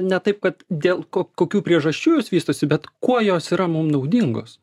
ne taip kad dėl kokių priežasčių jos vystosi bet kuo jos yra mum naudingos